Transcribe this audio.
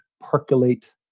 percolate